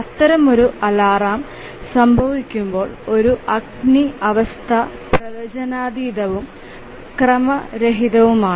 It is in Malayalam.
അത്തരമൊരു അലാറം സംഭവിക്കുമ്പോൾ ഒരു അഗ്നി അവസ്ഥ പ്രവചനാതീതവും ക്രമരഹിതവുമാണ്